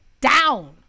down